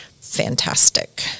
fantastic